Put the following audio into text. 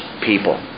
people